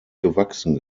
gewachsen